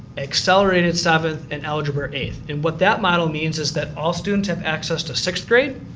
accelerated seventh, and algebraic eighth, and what that model means is that all students have access to sixth grade,